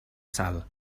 sal